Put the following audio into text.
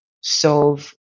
solve